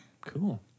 cool